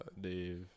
Dave